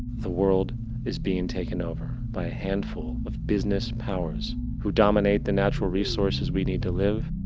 the world is being taken over by a hand-full of business powers who dominate the natural resources we need to live,